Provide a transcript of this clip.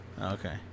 Okay